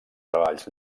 treballs